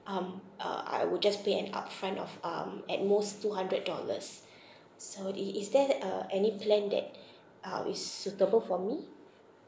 um uh uh I I would just pay an upfront of um at most two hundred dollars so i~ is there uh any plan that uh is suitable for me